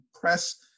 press